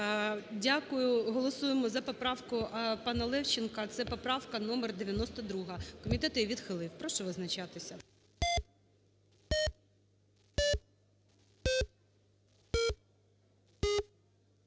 Дякую. Голосуємо за поправку панаЛевченка, це поправка номер 92, комітет її відхилив. Прошу визначатися.